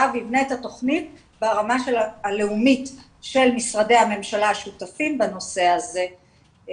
ויבנה את התכנית ברמה הלאומית של משרדי הממשלה השותפים בנושא הזה.